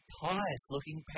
pious-looking